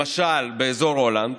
למשל באזור הולנד,